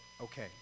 okay